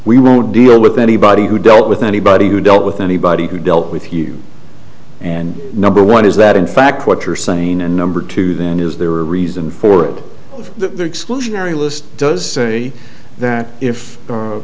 we won't deal with anybody who dealt with anybody who dealt with anybody who dealt with you and number one is that in fact what you're saying and number two then is there a reason for it that the exclusionary list does say that if